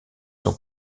son